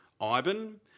Ivan